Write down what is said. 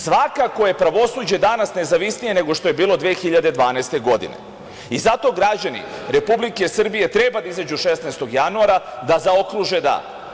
Svakako je pravosuđe danas nezavisnije nego što je bilo 2012. godine i zato građani Republike Srbije treba da izađu 16. januara i da zaokruže da.